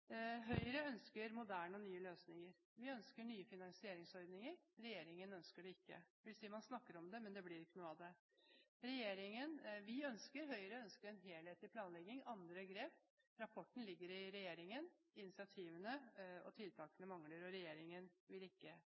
Høyre ønsker moderne og nye løsninger. Vi ønsker nye finansieringsordninger. Regjeringen ønsker det ikke – det vil si man snakker om det, men det blir ikke noe av det. Vi ønsker en helhetlig planlegging og andre grep. Rapporten ligger i regjeringen, men initiativene og tiltakene mangler, og regjeringen vil ikke.